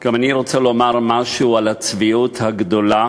גם אני רוצה לומר משהו על הצביעות הגדולה